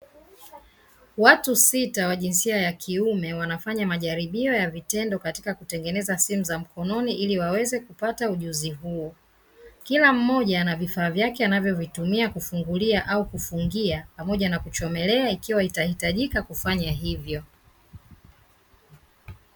Watu sita wa jinsia ya kiume wanafanya majaribio ya vitendo katika kutengeneza simu za mkononi ili waweze kupata ujuzi huo. Kila mmoja anavifaa vyake anavyovitumia kufungulia au kufungia pamoja na kuchomelea ikiwa inahitajika hivyo.